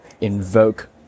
invoke